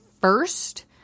first